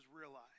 realized